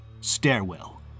Stairwell